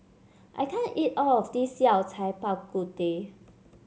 I can't eat all of this Yao Cai Bak Kut Teh